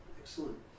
excellent